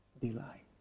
delight